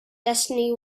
destiny